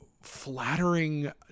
flattering